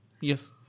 Yes